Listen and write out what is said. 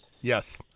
Yes